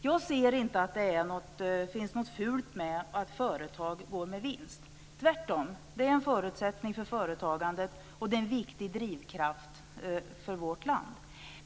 Jag ser inte att det är något fult med att företag går med vinst. Tvärtom är det en förutsättning för företagandet och en viktig drivkraft i vårt land.